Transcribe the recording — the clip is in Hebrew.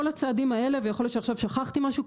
כל הצעדים האלה, ויכול להיות שעכשיו שכחתי משהו.